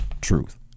truth